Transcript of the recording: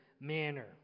manner